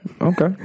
Okay